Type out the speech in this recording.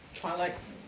twilight